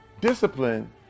Discipline